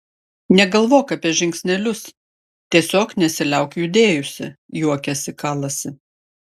negalvok apie žingsnelius tiesiog nesiliauk judėjusi juokėsi kalasi